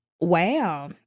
Wow